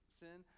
sin